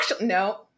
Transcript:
No